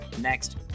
next